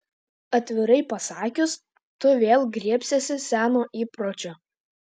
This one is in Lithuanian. atvirai pasakius tu vėl griebsiesi seno įpročio